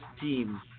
team